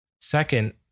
Second